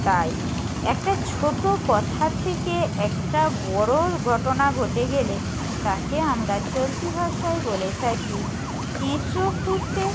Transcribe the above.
তাই একটা ছোটো কথা থেকে একটা বড়ো ঘটনা ঘটে গেলে তাকে আমরা চলতি ভাষায় বলে থাকি কেঁচো খুঁড়তে